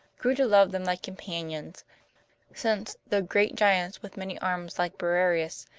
grew to love them like companions since, though great giants with many arms like briareus,